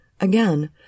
Again